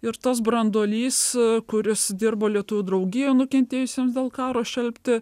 ir tas branduolys kuris dirbo lietuvių draugija nukentėjusiems dėl karo šelpti